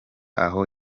aho